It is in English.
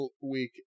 week